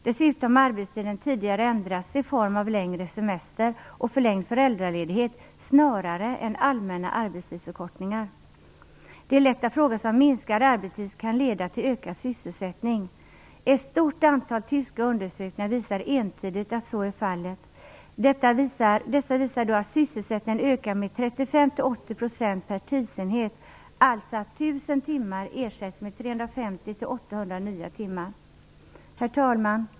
Dessutom har arbetstiden tidigare ändrats i form av längre semester och förlängd föräldraledighet snarare än allmänna arbetstidsförkortningar. Det är lätt att fråga sig om minskad arbetstid kan leda till ökad sysselsättning. Ett stort antal tyska undersökningar visar entydigt att så är fallet. Dessa visar att sysselsättningen har ökat med 35-80 % per tidsenhet, alltså att 1 000 timmar ersätts med 350-800 nya timmar. Herr talman!